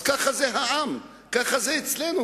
אז ככה העם, ככה קורה אצלנו,